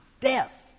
death